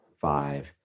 five